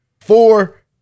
Four